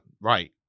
Right